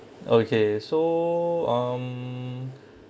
okay so um